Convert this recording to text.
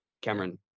Cameron